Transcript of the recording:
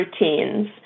routines